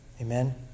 Amen